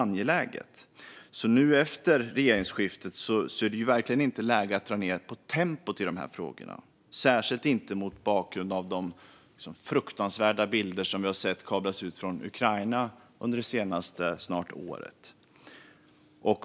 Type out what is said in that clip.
Nu efter regeringsskiftet är det verkligen inte läge att dra ned på tempot i dessa frågor, särskilt inte mot bakgrund av de fruktansvärda bilder som kablats ut från Ukraina under snart ett år.